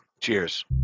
Cheers